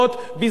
אתה זוכר,